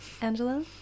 Angela